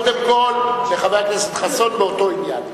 הוא יענה קודם כול לחבר הכנסת חסון באותו עניין.